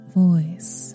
voice